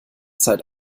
zeit